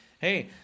hey –